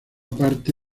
parte